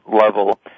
level